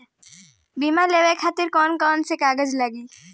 बीमा लेवे खातिर कौन कौन से कागज लगी?